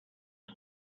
ist